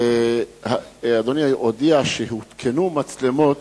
אדוני הודיע שהותקנו מצלמות